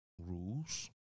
rules